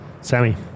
Sammy